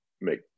make